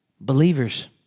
Believers